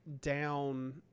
down –